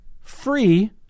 free